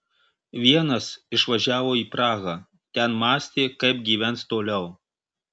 vienas išvažiavo į prahą ten mąstė kaip gyvens toliau